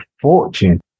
fortune